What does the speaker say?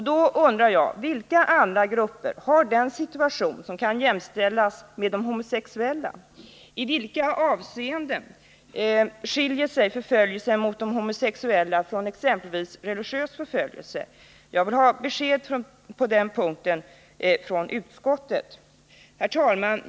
Då undrar jag vilka andra 21 förföljelsen mot de homosexuella från exempelvis förföljelser mot de religiösa? Jag vill ha ett besked på den punkten från utskottets talesmän. Herr talman!